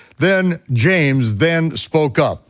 then james then spoke up.